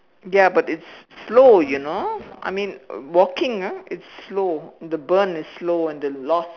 ya but it's slow you know I mean walking ah it's slow the burn is slow and the loss